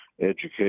education